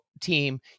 team